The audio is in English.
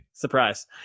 Surprise